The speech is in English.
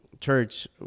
church